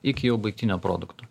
iki jau baigtinio produkto